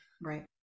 Right